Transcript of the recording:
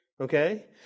Okay